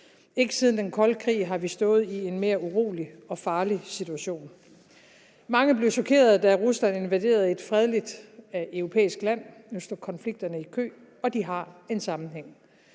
Ikke siden den kolde krig har vi stået i en mere urolig og farlig situation. Mange blev chokerede, da Rusland invaderede et fredeligt europæisk land; nu står konflikterne i kø, og de har en sammenhæng.